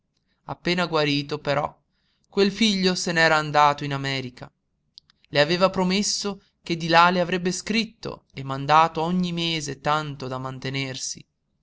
appena guarito però quel figlio se n'era andato in america le aveva promesso che di là le avrebbe scritto e mandato ogni mese tanto da mantenersi